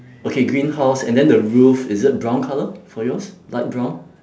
okay green house and then the roof is it brown colour for yours light brown